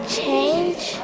change